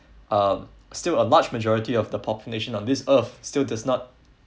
uh still a large majority of the population on this earth still does not